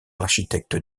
l’architecte